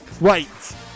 Wait